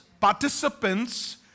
participants